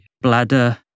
bladder